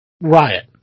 riot